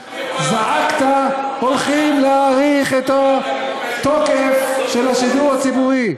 זעקת: הולכים להאריך את התוקף של השידור הציבורי.